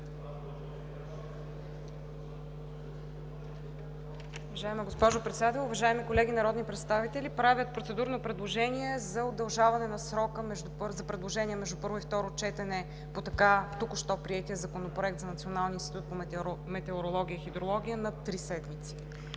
Уважаема госпожо Председател, уважаеми колеги народни представители! Правя процедурно предложение за удължаване на срока за предложения между първо и второ четене по току-що приетия законопроект за Националния институт по метеорология и хидрология на три седмици.